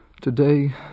Today